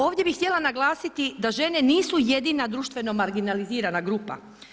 Ovdje bih htjela naglasiti da žene nisu jedina društveno marginalizirana grupa.